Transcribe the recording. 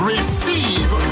Receive